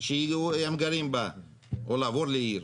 שהם גרים בה או לעבור לעיר.